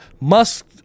Musk